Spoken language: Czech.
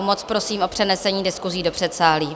Moc prosím o přenesení diskusí do předsálí.